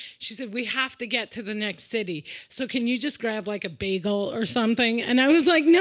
she said, we have to get to the next city. so can you just grab like a bagel or something? and i was like, no,